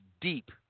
deep